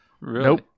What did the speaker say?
Nope